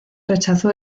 rechazó